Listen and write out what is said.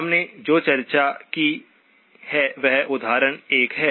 हमने जो चर्चा की है वह उदाहरण 1 है